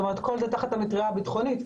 כמובן שכל זה תחת המטרייה הביטחונית,